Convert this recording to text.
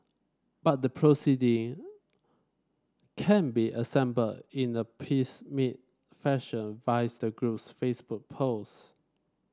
but the proceeding can be assembled in a piecemeal fashion via the group's Facebook post